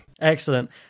Excellent